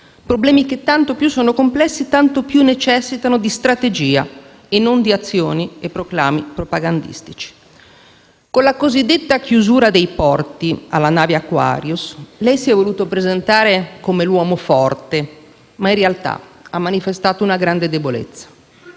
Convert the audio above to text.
problemi molto complessi), tanto più necessitano di strategia e non di azioni e proclami propagandistici. Con la cosiddetta chiusura dei porti alla nave Aquarius, lei si è voluto presentare come l'uomo forte, ma in realtà ha manifestato una grande debolezza.